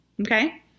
okay